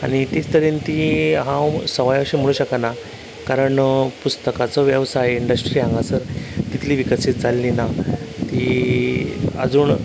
आनी तेच तरेन ती हांव सवाय अशें म्हणू शकना कारण पुस्तकांचो वेवसाय इंडस्ट्री हांगासर कितलीं विकसीत जाल्ली ना ती ती आजून